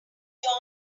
john